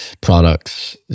products